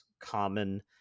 common